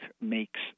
makes